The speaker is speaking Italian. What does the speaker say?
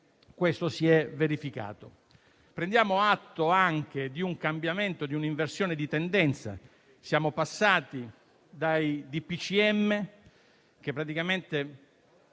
ciò si è verificato. Prendiamo anche atto di un cambiamento, di un'inversione di tendenza: siamo passati dai DPCM - che praticamente